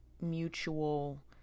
mutual